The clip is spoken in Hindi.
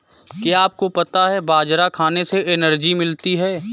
क्या आपको पता है बाजरा खाने से एनर्जी मिलती है?